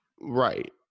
right